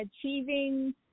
achieving